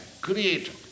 creator